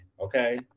Okay